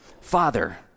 Father